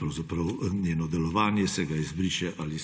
društvo odreče delovanje in se ga izbriše ali